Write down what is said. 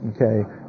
okay